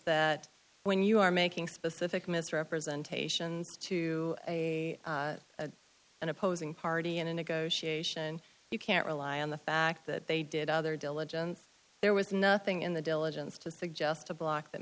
that when you are making specific misrepresentations to a an opposing party in a negotiation you can't rely on the fact that they did other diligence there was nothing in the diligence to suggest to block that